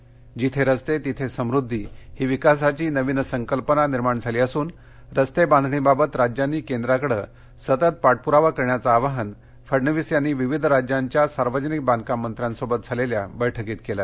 जिथे रस्ते तिथे समृध्दी ही विकासाची नवीन संकल्पना निर्माण झाली असून रस्ते बांधणीबाबत राज्यांनी केंद्राकडे सतत पाठपुरावा करण्याच आवाहन फडणवीस यांनी विविध राज्यांच्या सार्वजनिक बांधकाम मंत्र्यांसोबत झालेल्या बैठकीत केलं